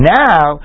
now